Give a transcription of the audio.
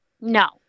No